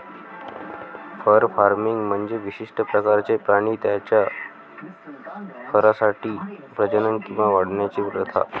fur farming म्हणजे विशिष्ट प्रकारचे प्राणी त्यांच्या फरसाठी प्रजनन किंवा वाढवण्याची प्रथा